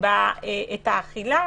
ואת האכילה